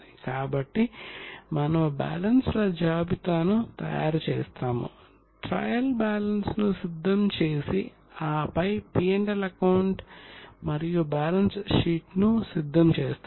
కాబట్టి మనము బ్యాలెన్స్ల జాబితాను తయారు చేస్తాము ట్రయల్ బ్యాలెన్స్ను సిద్ధం చేసి ఆపై P L అకౌంట్ మరియు బ్యాలెన్స్ షీట్ను సిద్ధం చేస్తాము